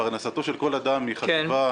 פרנסתו של כל אדם חשובה.